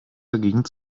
dagegen